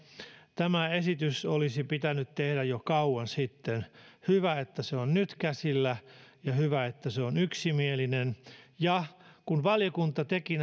tämä esitys olisi pitänyt tehdä jo kauan sitten hyvä että se on nyt käsillä ja hyvä että se on yksimielinen ja kun valiokunta teki